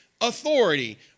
authority